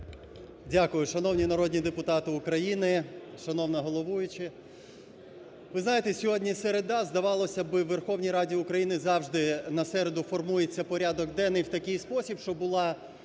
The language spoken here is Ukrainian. Дякую. Шановні народні депутати України, шановна головуюча! Ви знаєте, сьогодні середа, здавалося би, у Верховній Раді України завжди на середу формується порядок денний в такий спосіб, щоб була